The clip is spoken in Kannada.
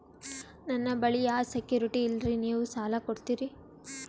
ನನ್ನ ಬಳಿ ಯಾ ಸೆಕ್ಯುರಿಟಿ ಇಲ್ರಿ ನೀವು ಸಾಲ ಕೊಡ್ತೀರಿ?